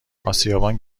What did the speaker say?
آسیابان